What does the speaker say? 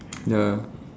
ya